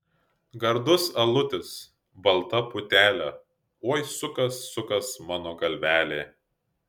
gardus alutis balta putelė oi sukas sukas mano galvelė